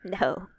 No